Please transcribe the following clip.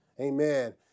Amen